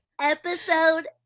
Episode